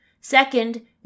Second